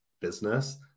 business